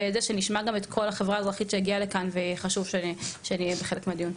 שנשמע גם את כל החברה האזרחית שהגיעה לכאן וחשוב שיהיו חלק מהדיון.